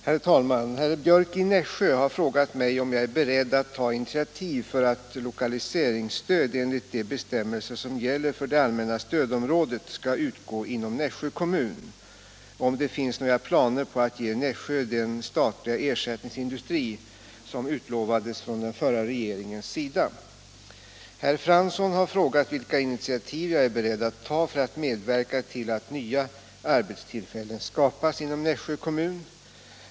Herr talman! Herr Björck i Nässjö har frågat mig om jag är beredd att ta initiativ för att lokaliseringsstöd enligt de bestämmelser som gäller för det allmänna stödområdet skall utgå inom Nässjö kommun och om det finns några planer på att ge Nässjö den statliga ersättningsindustri som utlovades från den förra regeringens sida. Herr Fransson har frågat vilka initiativ jag är beredd att ta för att medverka till att nya arbetstillfällen skapas inom Nässjö kommun.